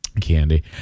Candy